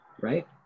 right